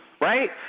right